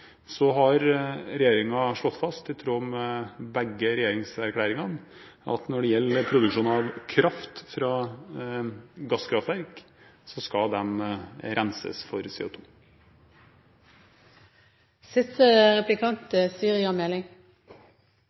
Så har regjeringen slått fast i tråd med begge regjeringserklæringene at når det gjelder produksjon av kraft fra gasskraftverk, skal den renses for